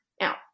Now